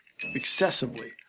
excessively